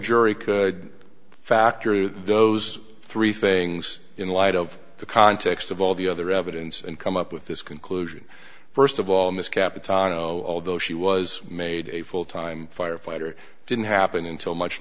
jury could factor those three things in light of the context of all the other evidence and come up with this conclusion first of all in this capital you know although she was made a full time firefighter didn't happen until much